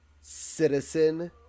Citizen